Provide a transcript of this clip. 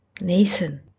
Nathan